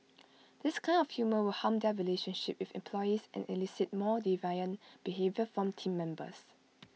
this kind of humour will harm their relationship with employees and elicit more deviant behaviour from Team Members